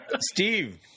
Steve